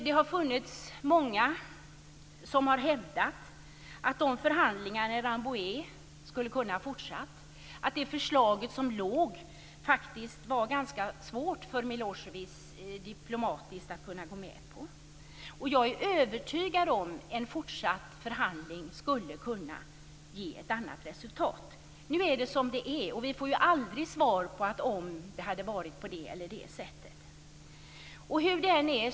Det är dock många som har hävdat att förhandlingarna i Rambouillet skulle ha kunnat fortsätta och att det diplomatiskt var ganska svårt för Milosevic att gå med på det förslag som förelåg. Jag är övertygad om att en fortsatt förhandling skulle ha kunnat ge ett annat resultat. Nu är det som det är, och vi får aldrig svar på frågor om hur det hade blivit, om det hade varit på det eller det sättet.